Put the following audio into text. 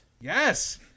Yes